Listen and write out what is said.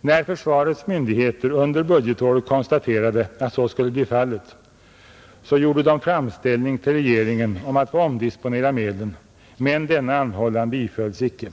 När försvarets myndigheter under budgetåret konstaterade att så skulle bli fallet, gjorde de framställning till regeringen om att få omdisponera medlen, men denna anhållan bifölls icke.